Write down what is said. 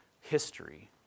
history